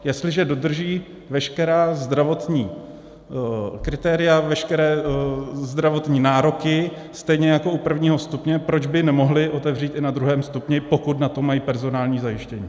Jestliže dodrží veškerá zdravotní kritéria, veškeré zdravotní nároky stejně jako u prvního stupně, proč by nemohli otevřít i na druhém stupni, pokud na to mají personální zajištění?